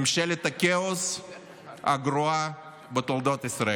ממשלת הכאוס הגרועה בתולדות ישראל.